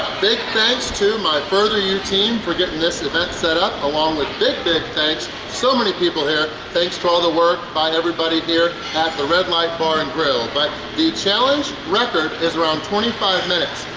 big thanks to my furtheru team, for getting this event set up. along with big big thanks, so many people here, thanks to all the work by everybody here at the red light and grill. but, the challenge record is around twenty five minutes.